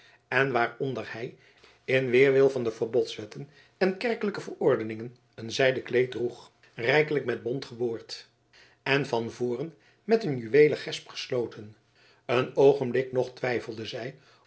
en waaronder hij in weerwil van de verbodswetten en kerkelijke verordeningen een zijden kleed droeg rijkelijk met bont geboord en van voren met een juweelen gesp gesloten een oogenblik nog twijfelde zij